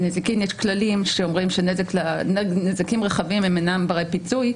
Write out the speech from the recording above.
בנזיקין יש כללים שאומרים שנזקים רחבים הם אינם ברי פיצוי,